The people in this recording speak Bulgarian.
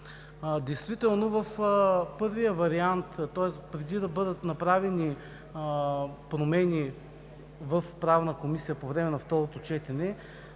инвеститора. В първия вариант, тоест преди да бъдат направени промени в Правната комисия по време на второто четене,